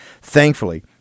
Thankfully